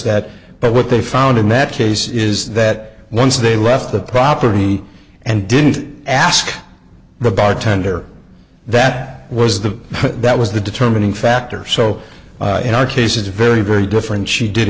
that but what they found in that case is that once they left the property and didn't ask the bartender that was the that was the determining factor so in our case it's very very different she did